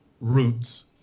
roots